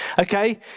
Okay